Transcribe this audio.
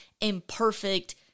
imperfect